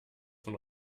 von